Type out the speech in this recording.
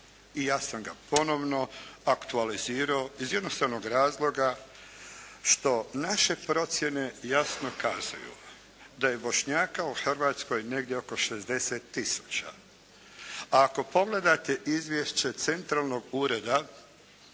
i ja sam ga ponovno aktualizirao iz jednostavnog razloga što naše procjene jasno kazuju da je Bošnjaka u Hrvatskoj negdje oko 60 tisuća. A ako pogledate izvješće centralnog ureda,